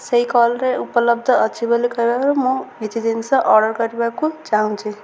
ସେଇ କଲ୍ରେ ଉପଲବ୍ଧ ଅଛି ବୋଲି କହିବାରୁ ମୁଁ କିଛି ଜିନିଷ ଅର୍ଡ଼ର୍ କରିବାକୁ ଚାହୁଁଛି